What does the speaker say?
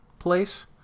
place